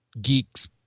geeks